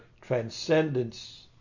transcendence